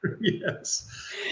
Yes